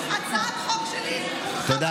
הצעת חוק שלי הונחה בכנסת.